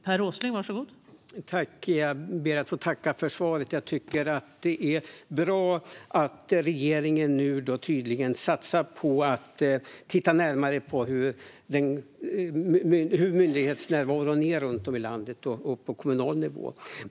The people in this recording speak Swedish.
Fru talman! Jag ber att få tacka för svaret. Jag tycker att det är bra att regeringen tydligen nu satsar på att titta närmare på hur myndighetsnärvaron är runt om i landet och på kommunal nivå.